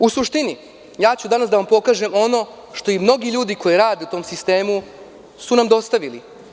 U suštini, danas ću da vam pokažem ono što i mnogi ljudi koji rade u tom sistemu su nam dostavili.